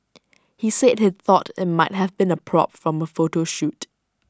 he said he thought IT might have been A prop from A photo shoot